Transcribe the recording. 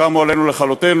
קמו עלינו לכלותנו,